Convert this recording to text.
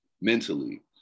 mentally